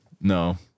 No